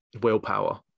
willpower